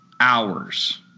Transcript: hours